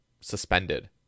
suspended